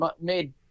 made